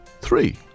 three